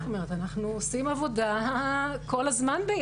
אנחנו עובדים במשותף כל הזמן.